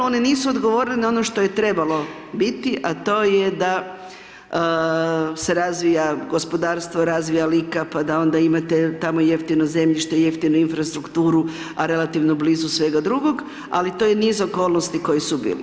One nisu odgovorile na ono što je trebalo biti a to je da se razvija gospodarstvo, razvija Lika pa da onda imate tamo jeftino zemljište, jeftinu infrastrukturu a relativno blizu svega drugog ali to je niz okolnosti koje su bili.